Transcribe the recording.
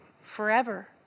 Forever